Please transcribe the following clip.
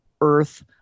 Earth